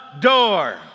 door